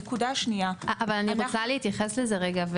אבל אני רוצה להתייחס לזה רגע,